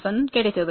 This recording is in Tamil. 17 கிடைத்தது